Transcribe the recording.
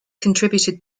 contributed